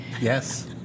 Yes